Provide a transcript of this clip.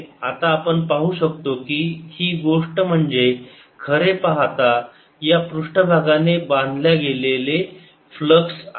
आता आपण पाहू शकतो की ही गोष्ट म्हणजे खरे पाहता या पृष्ठभागाने बांधल्या गेलेला फ्लक्स आहे